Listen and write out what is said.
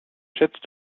schätzt